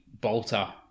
Bolter